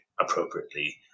appropriately